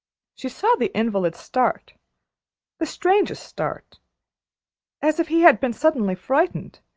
she saw the invalid start the strangest start as if he had been suddenly frightened.